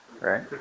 right